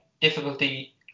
difficulty